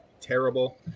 terrible